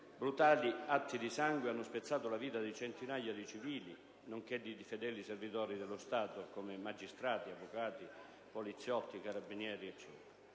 Brutali atti di sangue hanno spezzato la vita di centinaia di civili, nonché di fedeli servitori dello Stato, come magistrati, avvocati, poliziotti e carabinieri.